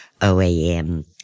OAM